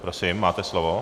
Prosím, máte slovo.